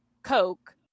coke